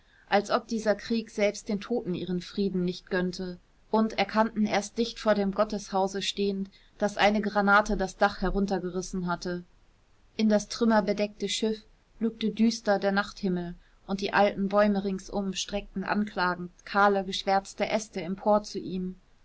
als ob dieser krieg selbst den toten ihren frieden nicht gönnte und erkannten erst dicht vor dem gotteshause stehend daß eine granate das dach heruntergerissen hatte in das trümmerbedeckte schiff lugte düster der nachthimmel und die alten bäume ringsum streckten anklagend kahle geschwärzte äste empor zu ihm